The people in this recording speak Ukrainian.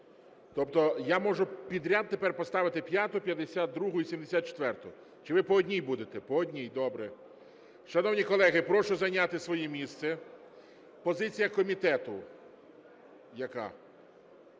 Тобто я можу підряд тепер поставити 5-у, 52-у і 74-у, чи ви по одній будете? По одній, добре. Шановні колеги, прошу зайняти своє місце. Позиція комітету яка?